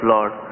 Lord